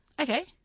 Okay